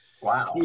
Wow